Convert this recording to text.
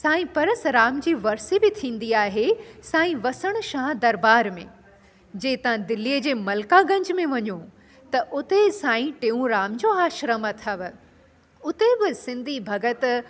साईं परसराम जी वरिसी बि थींदी आहे साईं वसणशाह दरबार में जे तव्हां दिल्लीअ जे मलिकागंज में वञो त उते ई साई टेऊंराम जो आश्रम अथव उते बि सिंधी भॻत